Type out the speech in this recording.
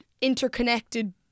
interconnected